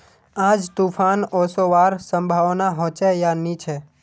आज तूफ़ान ओसवार संभावना होचे या नी छे?